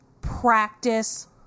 practice